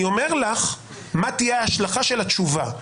אני אומר לך מה תהיה ההשלכה של התשובה.